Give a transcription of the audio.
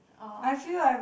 or